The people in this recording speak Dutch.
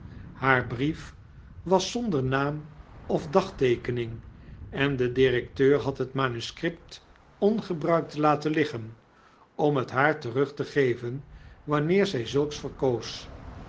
haar brief was zonder naam of dagteekening en de directeur had het manuscript ongebruikt laten liggen om het haar terug te geven wanneer zy zulks verkoos